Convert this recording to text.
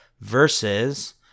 Versus